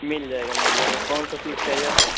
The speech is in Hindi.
मिल जाएगा मिल जाएगा कौन सा स्वीट चाहिए आपको